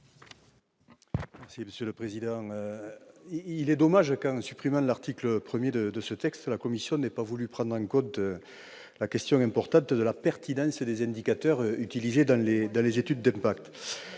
Franck Montaugé. Il est dommage que, en supprimant l'article 1 de ce texte, la commission n'ait pas voulu prendre en compte la question importante de la pertinence des indicateurs utilisés dans les études d'impact.